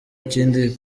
ikindi